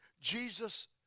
Jesus